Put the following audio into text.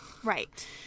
right